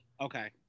Okay